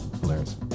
Hilarious